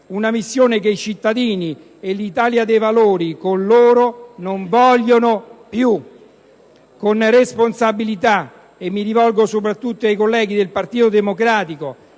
una missione che i cittadini, e l'Italia dei Valori con loro, non vogliono più. Con responsabilità mi rivolgo soprattutto ai colleghi del Partito Democratico,